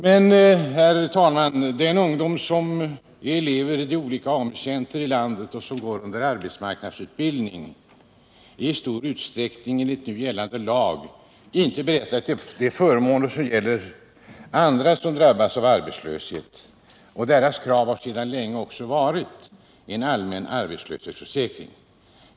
Men, herr talman, den ungdom som lever vid olika AMU-centrer i landet och som undergår arbetsmarknadsutbildning är enligt nu gällande lag i stor utsträckning inte berättigad till de förmåner som gäller andra som drabbas av arbetslöshet. Deras krav har sedan länge också varit införande av en allmän arbetslöshetsförsäkring.